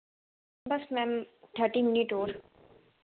बस ma'am thirty minute और